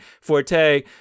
forte